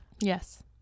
Yes